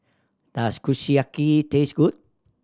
does Kushiyaki taste good